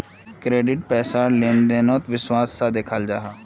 credit पैसार लें देनोत विश्वास सा दखाल जाहा